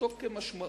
פשוטו כמשמעו,